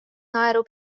naeru